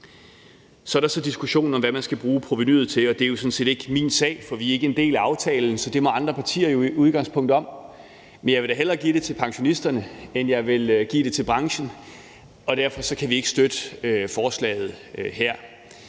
Så er der så diskussionen om, hvad man skal bruge provenuet til, og det er jo sådan set ikke min sag, for vi er ikke en del af aftalen. Så det må andre partier jo i udgangspunktet om. Men jeg vil da hellere give det til pensionisterne, end jeg vil give det til branchen, og derfor kan vi ikke støtte forslaget her.